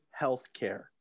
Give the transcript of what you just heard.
Healthcare